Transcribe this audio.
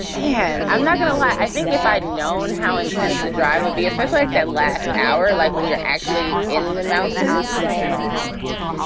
and i'm not going to lie. i think if i had known how intense the drive would be, especially at like that last hour, like when you're actually in the mountains climbing up the mountain. yeah.